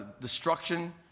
destruction